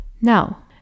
Now